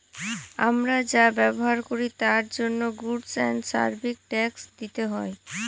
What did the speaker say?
আমরা যা ব্যবহার করি তার জন্য গুডস এন্ড সার্ভিস ট্যাক্স দিতে হয়